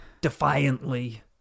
defiantly